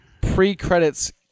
pre-credits